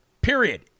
period